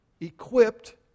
equipped